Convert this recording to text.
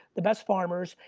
the best farmers,